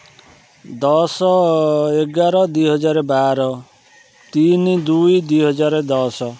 ଦଶ ଏଗାର ଦୁଇ ହଜାର ବାର ତିନି ଦୁଇ ଦୁଇ ହଜାର ଦଶ